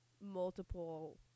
multiple